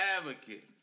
advocate